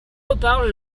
reparle